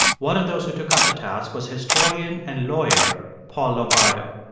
one of those who took up the task was historian and lawyer paul lombardo.